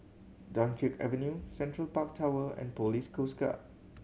Dunkirk Avenue Central Park Tower and Police Coast Guard